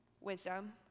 wisdom